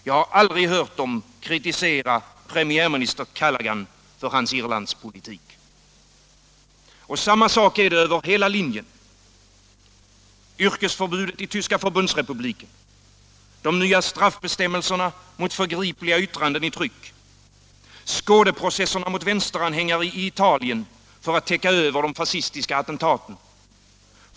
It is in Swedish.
Jag har aldrig hört den kritisera premiärminister Callaghan för hans Irlandspolitik. Och samma sak är det över hela linjen. Yrkesförbudet i Tyska förbundsrepubliken. De nya straffbestämmelserna mot förgripliga yttranden i tryck. Skådeprocesserna mot vänsteranhängare i Italien för att täcka över de fascistiska attentaten.